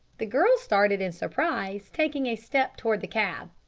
the girl started in surprise, taking a step toward the cab.